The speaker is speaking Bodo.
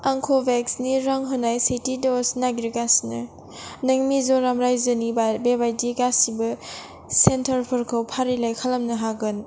आं कव'भेक्सनि रां होनाय सेथि द'ज नागिरगासिनो नों मिज'राम रायजोनि बेबायदि गासिबो सेन्टारफोरखौ फारिलाइ खालामनो हागोन